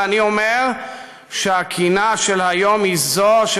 ואני אומר שהקינה של היום היא זו של